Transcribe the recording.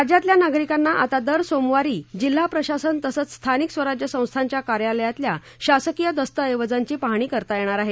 रा यात या नाग रकांना आता दर सोमवारी जि हा शासन तसंच थानिक वरा य सं थां या कायालयात या शासक य द तऐवजांची पाहणी करता येणार आहे